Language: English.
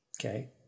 Okay